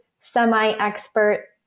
semi-expert